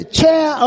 chair